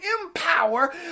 empower